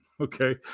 okay